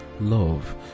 love